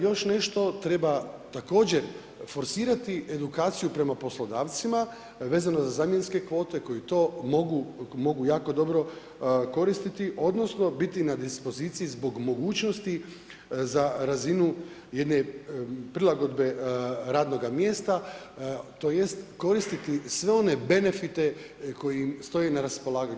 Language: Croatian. Još nešto, treba također forsirati edukaciju prema poslodavcima vezano za zamjenske kvote koji to mogu jako dobro koristiti, odnosno biti na dispoziciji zbog mogućnosti za razinu jedne prilagodbe radnoga mjesta, tj. koristiti sve one benefite koji im stoje na raspolaganju.